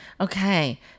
Okay